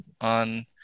on